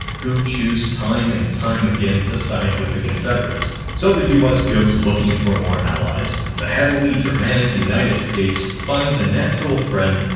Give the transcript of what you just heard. who choose time, and time again to side with the confederates, so the u s. goes looking for more allies. allies. the heavily germanic united states finds a natural friend,